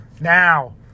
Now